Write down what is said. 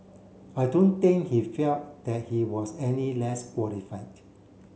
I don't think he felt that he was any less qualified